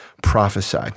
Prophesy